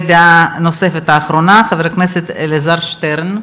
דעה נוספת, אחרונה, לחבר הכנסת אלעזר שטרן.